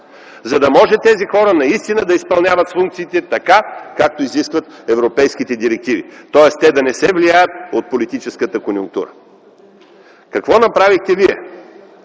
за да може тези хора наистина да изпълняват функциите така, както изискват европейските директиви, тоест те да не се влияят от политическата конюнктура. Какво направихте вие?